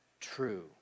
true